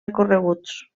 recorreguts